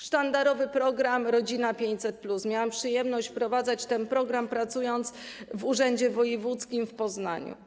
Sztandarowy program „Rodzina 500+” - miałam przyjemność wprowadzać ten program, pracując w urzędzie wojewódzkim w Poznaniu.